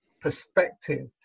perspective